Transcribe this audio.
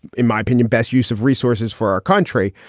in my opinion, best use of resources for our country.